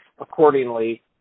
accordingly